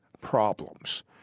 problems